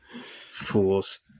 Fools